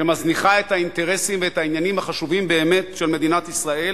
שמזניחה את האינטרסים ואת העניינים החשובים באמת של מדינת ישראל